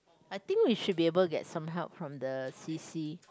I think we should be able get some help from the c_c